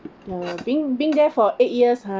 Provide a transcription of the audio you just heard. uh being being there for eight years ha